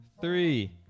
Three